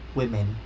women